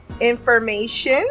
information